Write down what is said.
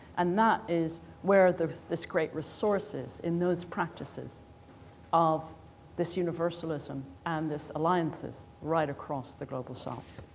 and that is where there's this great resources in those practices of this universalism and this alliances right across the global south.